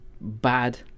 bad